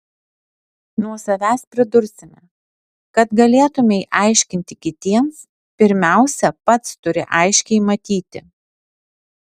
nuo savęs pridursime kad galėtumei aiškinti kitiems pirmiausia pats turi aiškiai matyti